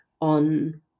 on